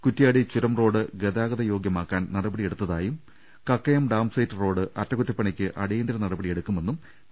കുറ്റ്യാടി ചുരം റോഡ് ഗതാഗതയോഗ്യമാക്കാൻ നടപടിയെടുത്തതായും കക്കയം ഡാം സൈറ്റ് റോഡ് അറ്റകുറ്റപ്പണിക്ക് അടിയന്തിര നട പടിയെടുക്കുമെന്നും ടി